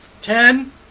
ten